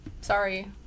sorry